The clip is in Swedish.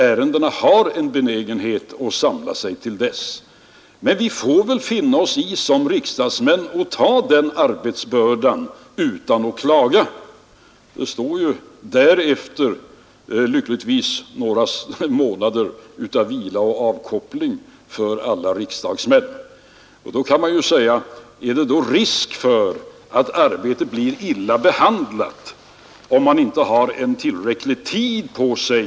Ärendena har en benägenhet att samla sig till dess. Men vi får väl som riksdagsmän finna oss i denna arbetsordning utan att klaga. Lyckligtvis återstår ju därefter några månader till vila och avkoppling för alla riksdagens ledamöter. Sedan kan man fråga om det inte är risk för att ärendet blir illa behandlat, om man inte får tillräcklig tid på sig.